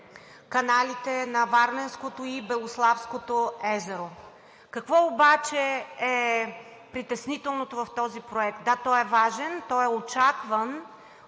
каналите на Варненското и Белославското езеро. Какво обаче е притеснителното в този проект? Да, той е важен, той е очакван